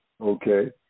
okay